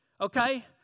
okay